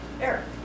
Eric